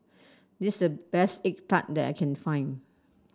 this is the best egg tart that I can find